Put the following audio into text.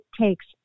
takes